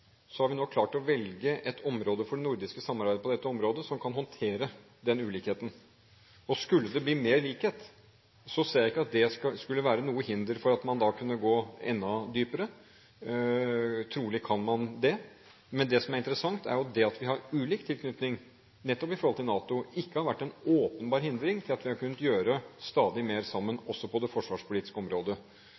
har vi nå klart å velge et område for det nordiske samarbeidet på dette området som kan håndtere den ulikheten. Skulle det bli mer likhet, ser jeg ikke at det skulle være noe hinder for at man da kunne gå enda dypere. Trolig kan man det. Men det som er interessant, er at det at vi har ulik tilknytning nettopp i forhold til NATO, ikke har vært en åpenbar hindring for at vi har kunnet gjøre stadig mer sammen, også på det forsvarspolitiske området.